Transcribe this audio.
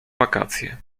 wakacje